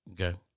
Okay